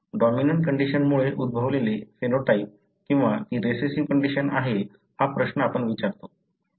dominant कंडिशनमुळे उद्भवलेले phenotype किंवा ती रिसेसिव्ह कंडिशन आहे हा प्रश्न आपण विचारतो